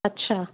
अच्छा